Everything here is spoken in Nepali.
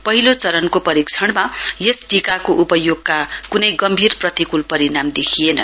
पहिलो चरणको परीक्षणमा यस टीकाको उपयोगका कुनै गम्भीर प्रतिकूल परिणाम देखिएन